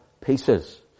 pieces